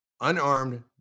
unarmed